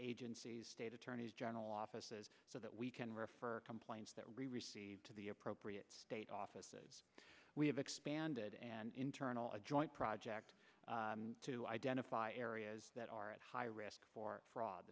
agencies state attorneys general offices so that we can refer complaints that we receive to the appropriate state offices we have expanded and internal a joint project to identify areas that are at high risk for fraud